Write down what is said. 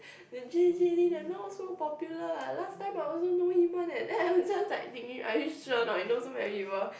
then J J Lin now so popular ah last time I also know him one eh then everyone's like thinking are you sure or not you know so many people